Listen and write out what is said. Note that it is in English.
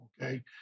Okay